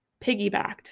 piggybacked